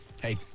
hey